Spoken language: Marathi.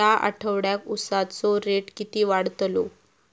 या आठवड्याक उसाचो रेट किती वाढतलो?